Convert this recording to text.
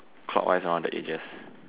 clockwise around the edges